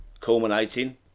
Culminating